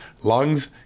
lungs